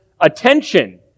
attention